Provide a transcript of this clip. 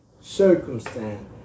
circumstance